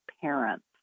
parents